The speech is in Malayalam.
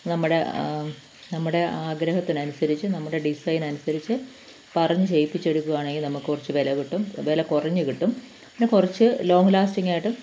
നമ്മുടെ നമ്മുടെ ആഗ്രഹത്തിനനുസരിച്ച് നമ്മുടെ ഡിസൈനനുസരിച്ചും പറഞ്ഞ് ചെയ്യിപ്പിച്ചെടുക്കുകയാണെങ്കിൽ നമുക്ക് കുറച്ച് വില കിട്ടും വില കുറഞ്ഞ് കിട്ടും അപ്പം കുറച്ച് ലോങ്ങ് ലാസ്റ്റിങ്ങായിട്ട്